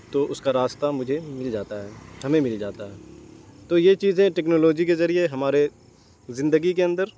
تو اس کا راستہ مجھے مل جاتا ہے ہمیں مل جاتا ہے تو یہ چیزیں ٹیکنالوجی کے ذریعے ہمارے زندگی کے اندر